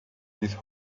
these